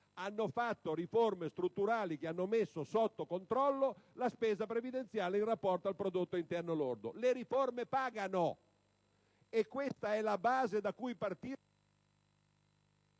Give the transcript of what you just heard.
hanno fatto riforme strutturali che hanno messo sotto controllo la spesa previdenziale in rapporto al prodotto interno lordo. Le riforme pagano. E questa è la base da cui partire